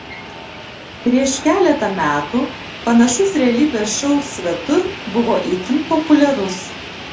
prieš keletą metų panašus realybės šou svetur buvo itin populiarus